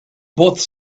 both